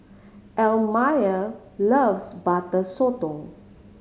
Elmire loves Butter Sotong